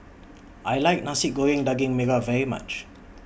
I like Nasi Goreng Daging Merah very much